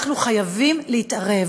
אנחנו חייבים להתערב,